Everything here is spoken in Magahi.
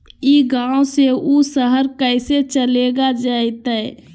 ई गांव से ऊ शहर पैसा चलेगा जयते?